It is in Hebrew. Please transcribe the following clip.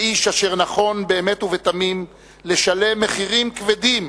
לאיש אשר נכון באמת ובתמים לשלם מחירים כבדים,